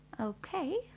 Okay